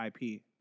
IP